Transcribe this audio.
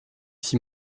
six